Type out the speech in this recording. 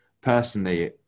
personally